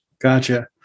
Gotcha